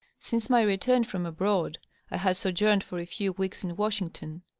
since my return from abroad i had sojourned for a few weeks in washington.